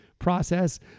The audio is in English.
process